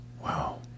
Wow